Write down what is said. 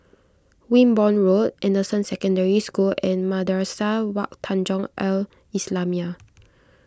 Wimborne Road Anderson Secondary School and Madrasah Wak Tanjong Al Islamiah